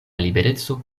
libereco